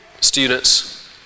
students